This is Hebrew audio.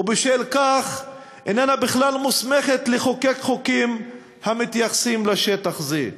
ובשל כך איננה מוסמכת בכלל לחוקק חוקים המתייחסים לשטח זה.